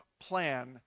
plan